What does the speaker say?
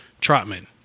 Trotman